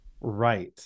Right